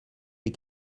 les